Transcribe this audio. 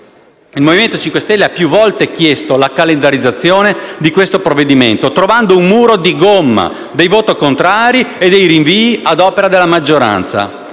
il Movimento 5 Stelle ha più volte chiesto la calendarizzazione del provvedimento in esame, trovando un muro di gomma di voti contrari e di rinvii ad opera della maggioranza.